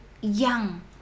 young